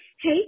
Hey